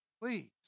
Please